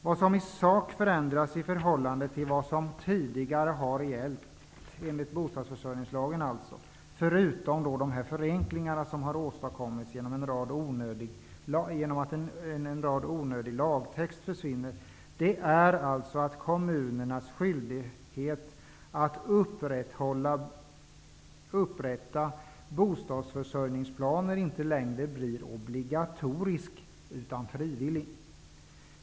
Vad som i sak förändras i förhållande till vad som tidigare har gällt enligt bostadsförsörjningslagen, förutom de förenklingar som åstadkoms genom att en rad onödiga lagtexter försvinner, är att kommunernas uppgift att göra upp bostadsförsörjningsplaner inte längre skall vara obligatorisk utan blir frivillig.